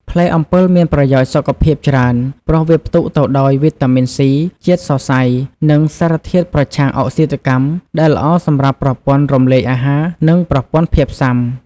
ផ្លែអំពិលមានប្រយោជន៍សុខភាពច្រើន ព្រោះវាផ្ទុកទៅដោយ វីតាមីន C ជាតិសរសៃ និងសារធាតុប្រឆាំងអុកស៊ីតកម្ម ដែលល្អសម្រាប់ប្រព័ន្ធរំលាយអាហារ និងប្រព័ន្ធភាពស៊ាំ។